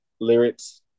lyrics